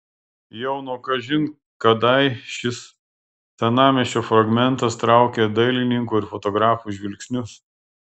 jau nuo kažin kadai šis senamiesčio fragmentas traukė dailininkų ir fotografų žvilgsnius